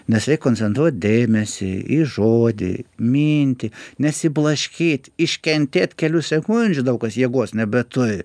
nes reik koncentruot dėmesį į žodį mintį nesiblaškyt iškentėt kelių sekundžių daug kas jėgos nebeturi